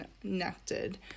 connected